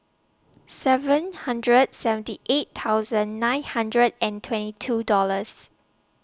seven hundred seventy eight thousand nine hundred and twenty two Dollars